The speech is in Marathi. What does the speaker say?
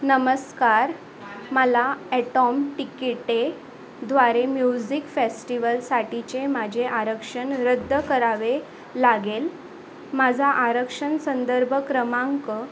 नमस्कार मला ॲटॉम टिकिटे द्वारे म्यूझिक फेस्टिवलसाठीचे माझे आरक्षण रद्द करावे लागेल माझा आरक्षण संदर्भ क्रमांक